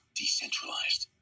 decentralized